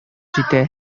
җитә